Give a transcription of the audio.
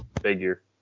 Figure